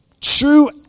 True